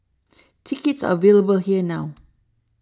tickets are available here now